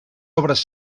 obres